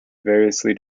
variously